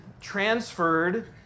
transferred